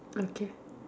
okay